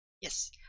Yes